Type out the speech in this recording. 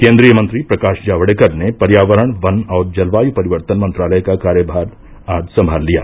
केन्द्रीय मंत्री प्रकाश जावडेकर ने पर्यावरण वन और जलवायु परिवर्तन मंत्रालय का कार्यमार आज संभाल लिया